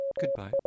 Goodbye